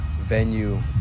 venue